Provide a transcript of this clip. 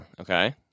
okay